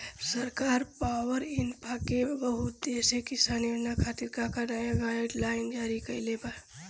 सरकार पॉवरइन्फ्रा के बहुउद्देश्यीय किसान योजना खातिर का का नया गाइडलाइन जारी कइले बा?